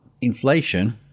inflation